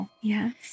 Yes